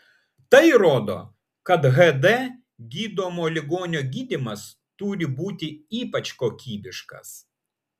tai rodo kad hd gydomo ligonio gydymas turi būti ypač kokybiškas